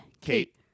Kate